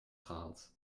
gehad